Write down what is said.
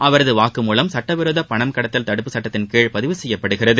அவரதுவாக்கமூலம் சட்டவிரோதபணம் கடத்தல் தடுப்பு சட்டத்தின்கீழ் பதிவு செய்யப்படுகிறது